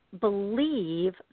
believe